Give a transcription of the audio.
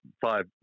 five